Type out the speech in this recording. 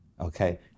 Okay